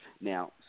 Now